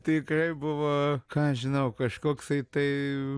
tikrai buvo ką aš žinau kažkoksai tai